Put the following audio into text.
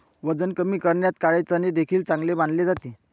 वजन कमी करण्यात काळे चणे देखील चांगले मानले जाते